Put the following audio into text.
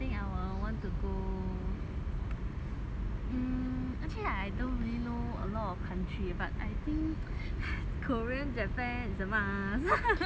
mm actually lah I don't really know a lot of country but I think korean japan is a must